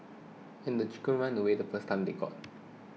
and the chickens ran away the first time they got